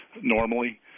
normally